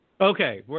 okay